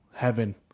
heaven